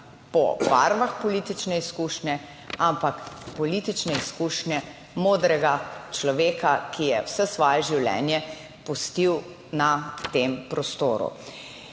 po barvah politične izkušnje, ampak politične izkušnje modrega človeka, ki je vse svoje življenje pustil na tem prostoru.